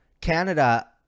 Canada